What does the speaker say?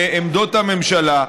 בעמדות הממשלה,